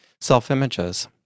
self-images